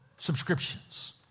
subscriptions